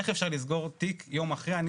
איך אפשר לסגור תיק יום אחרי,